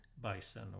bison